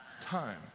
time